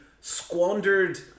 squandered